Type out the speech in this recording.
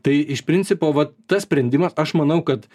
tai iš principo vat tas sprendimas aš manau kad